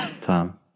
Tom